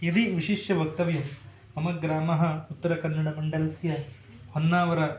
यदि विशिष्य वक्तव्यं मम ग्रामः उत्तरकन्नड मण्डलस्य होन्नावर